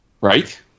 Right